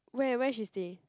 where where she stay